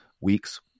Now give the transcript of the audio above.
weeks